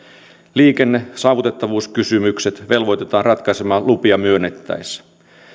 liikenne ja saavutettavuuskysymykset velvoitetaan ratkaisemaan lupia myönnettäessä